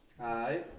Hi